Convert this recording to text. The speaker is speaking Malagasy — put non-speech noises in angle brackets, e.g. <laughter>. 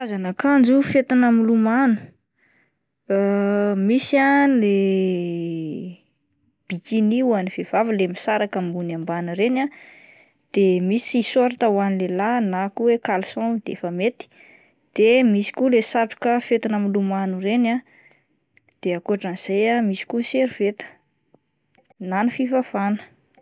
Karazana akanjo fetina milomano <hesitation> misy ah le bikini hoan'ny vehivavy le misaraka ambony ambany ireny ah, de misy sôrta haon'ny lehilahy na ko hoe kalson defa mety, de misy koa le satroka fetina milomano ireny ah de akotran'izay misy koa ny servieta na ny fifafana.